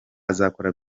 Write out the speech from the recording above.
azakora